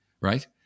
Right